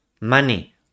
money